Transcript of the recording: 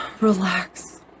relax